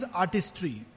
artistry।